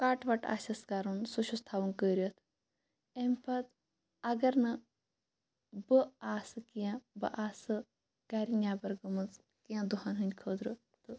cut وَٹ آسٮ۪س کَرُن سُہ چھُس تھاوُن کٔرِتھ اَمہِ پَتہٕ اگر نہٕ بہٕ آسہٕ کیٚنٛہہ بہٕ آسہٕ گَرِ نٮ۪بَر گٔمٕژ کیٚنٛہہ دۄہَن ہٕندۍ خٲطرٕ تہٕ